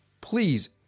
Please